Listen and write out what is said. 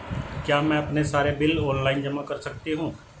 क्या मैं अपने सारे बिल ऑनलाइन जमा कर सकती हूँ?